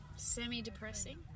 Semi-depressing